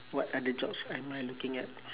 what other jobs am I looking at